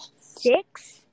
Six